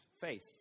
faith